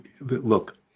look